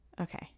Okay